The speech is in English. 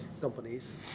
companies